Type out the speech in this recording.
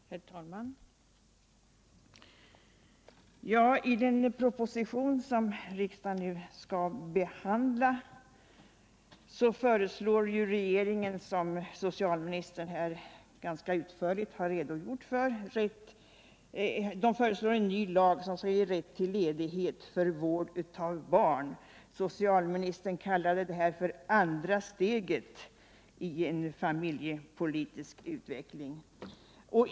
Herr talman! I den proposition som riksdagen nu skall behandla föreslår regeringen, vilket socialministern ganska utförligt redogjort för, en ny lag som skall ge rätt till ledighet för vård av barn. Socialministern kallade detta för andra steget i en familjepolitisk utveckling.